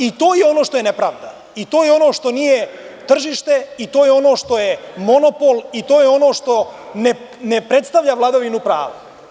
I to je ono što je nepravda i to je ono što nije tržište i to je ono što je monopol i to je ono što ne predstavlja vladavinu prava.